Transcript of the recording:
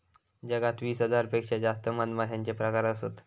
जगात वीस हजार पेक्षा जास्त मधमाश्यांचे प्रकार असत